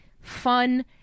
fun